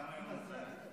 למה היא לא מדברת?